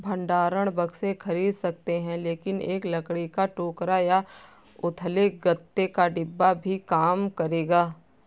भंडारण बक्से खरीद सकते हैं लेकिन एक लकड़ी का टोकरा या उथले गत्ते का डिब्बा भी काम करेगा